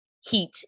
heat